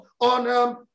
on